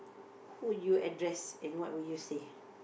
who you address and what will you say